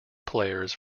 players